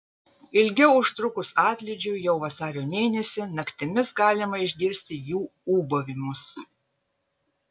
ilgiau užtrukus atlydžiui jau vasario mėnesį naktimis galima išgirsti jų ūbavimus